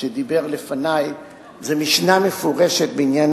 שדיבר לפני: זה משנה מפורשת בעניין